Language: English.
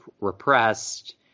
repressed